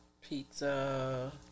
Pizza